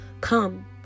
come